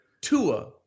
Tua